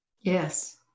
Yes